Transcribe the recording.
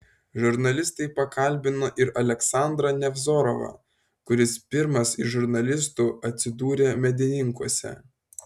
žurnalistai pakalbino ir aleksandrą nevzorovą kuris pirmas iš žurnalistų atsidūrė medininkuose